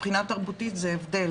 מבחינה תרבותית זה הבדל,